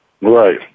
Right